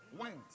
went